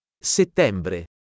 settembre